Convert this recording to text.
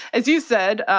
as you said,